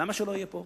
למה שלא יהיו פה?